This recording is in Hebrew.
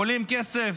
עולים כסף.